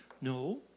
No